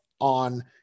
on